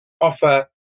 offer